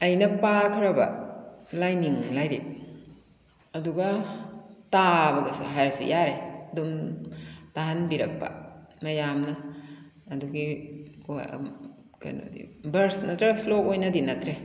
ꯑꯩꯅ ꯄꯥꯈ꯭ꯔꯕ ꯂꯥꯏꯅꯤꯡ ꯂꯥꯏꯔꯤꯛ ꯑꯗꯨꯒ ꯇꯥꯕꯗꯁꯨ ꯍꯥꯏꯔꯁꯨ ꯌꯥꯔꯦ ꯑꯗꯨꯝ ꯇꯥꯍꯟꯕꯤꯔꯛꯄ ꯃꯌꯥꯝꯅ ꯑꯗꯨꯒꯤ ꯍꯣꯏ ꯀꯩꯅꯣꯗꯤ ꯕꯔꯁ ꯅꯠꯇ꯭ꯔꯒ ꯁ꯭ꯂꯣꯛ ꯑꯣꯏꯅꯗꯤ ꯅꯠꯇ꯭ꯔꯦ